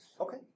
Okay